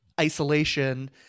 isolation